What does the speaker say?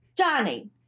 Johnny